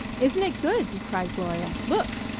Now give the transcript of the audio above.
isn't it good! cried gloria. look!